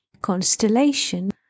constellation